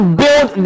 build